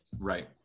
Right